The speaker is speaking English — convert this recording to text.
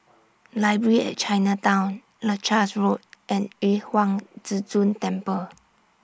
Library At Chinatown Leuchars Road and Yu Huang Zhi Zun Temple